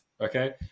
okay